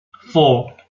four